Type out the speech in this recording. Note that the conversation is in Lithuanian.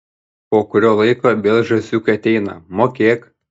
po kurio laiko vėl žąsiukai ateina mokėk